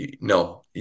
No